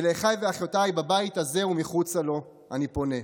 ולאחיי ואחיותיי בבית הזה ומחוצה לו אני פונה: